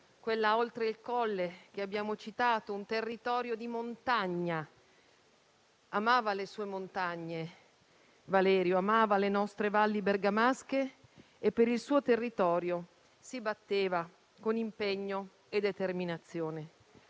quella Oltre Il Colle che abbiamo citato, un territorio di montagna. Amava le sue montagne Valerio, amava le nostre valli bergamasche e per il suo territorio si batteva con impegno e determinazione.